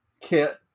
kit